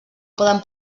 poden